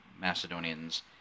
macedonians